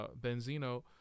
Benzino